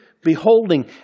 beholding